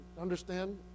understand